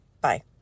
bye